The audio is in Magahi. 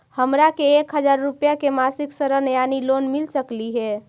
हमरा के एक हजार रुपया के मासिक ऋण यानी लोन मिल सकली हे?